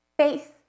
faith